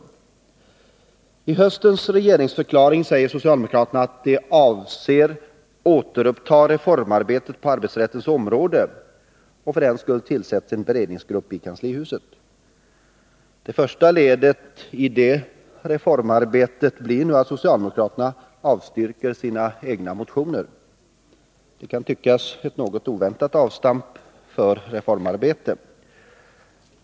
Onsdagen den I höstens regeringsförklaring säger socialdemokraterna att regeringen 8 december 1982 ”avser att återuppta reformarbetet på arbetsrättens och arbetsmiljöns områden”. För den skull tillsätts en beredningsgrupp i kanslihuset. Det första ledet i det ”reformarbetet” blir nu att socialdemokraterna avstyrker sina egna motioner. Det kan tyckas vara ett något oväntat avstamp för reformarbetet.